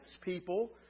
people